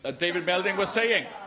ah david melding was saying